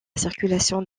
circulation